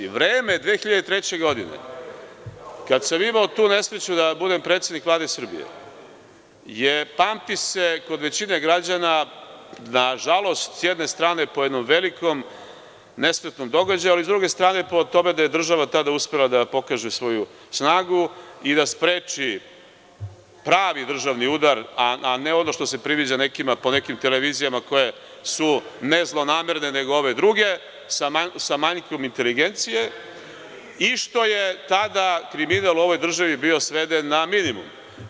Vreme 2003. godine, kada sam imao tu nesreću da budem predsednik Vlade Srbije, pamti se kod većine građana, nažalost, s jedne strane po jednom velikom nesretnom događaju, a s druge strane po tome da je država tada uspela da pokaže svoju snagu i da spreči pravi državni udar, a ne ono što se priviđa nekima po nekim televizijama koje su, nezlonamerne, nego ove druge, sa manjkom inteligencije, i što je tada kriminal u ovoj državi bio sveden na minimum.